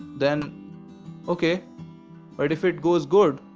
then okay or if it goes good,